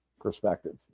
perspective